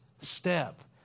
step